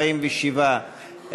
47,